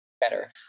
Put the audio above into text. better